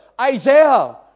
Isaiah